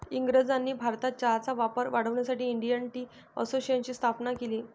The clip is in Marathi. इंग्रजांनी भारतात चहाचा वापर वाढवण्यासाठी इंडियन टी असोसिएशनची स्थापना केली